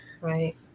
Right